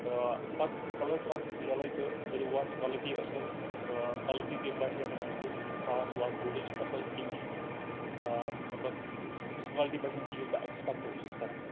تہٕ پَتہٕ کَلَر ترٛاو سہ ژٕ یَلَے تہٕ مےٚ دوٚپ وَ آسہِ کالِٹی اَصٕل تہٕ کالٹی تہِ باسے نہٕ مےٚ تِژھ خاص واص بوٗٹٕچ اَصٕل کِہیٖنۍ مطلب تِژھ کالٹی باسے نہٕ یُتھ بہٕ اٮ۪کسپٮ۪کٹ اوسُس کَران